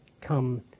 come